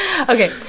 Okay